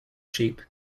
sheep